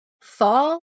Fall